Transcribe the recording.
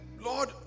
Lord